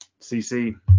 CC